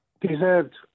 deserved